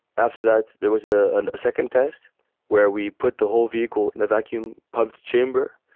after that there was a and a second test where we put the whole vehicle in a vacuum pumped chamber.